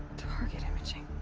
target imaging?